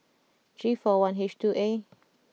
G four I H two A